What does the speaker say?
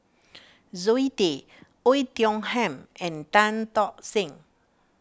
Zoe Tay Oei Tiong Ham and Tan Tock Seng